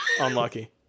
Unlucky